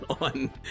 on